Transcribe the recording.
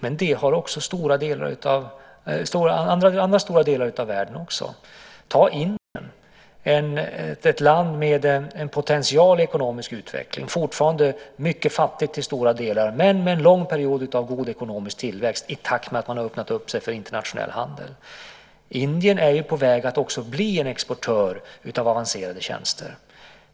Andra stora delar av världen har också intresse av det. Ta Indien, ett land med en potential i ekonomisk utveckling, fortfarande mycket fattigt till stora delar men med en lång period av god ekonomisk tillväxt i takt med att man har öppnat för internationell handel. Indien är på väg att bli en exportör av avancerade tjänster.